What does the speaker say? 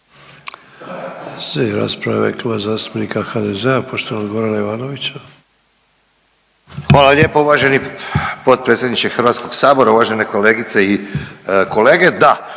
Hvala lijepo uvaženi potpredsjedniče Hrvatskog sabora. Uvažene kolegice i kolege,